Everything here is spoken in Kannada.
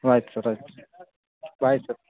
ಹ್ಞೂ ಆಯ್ತು ಸರ್ ಆಯಿತು ಬಾಯ್ ಸರ್